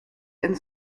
and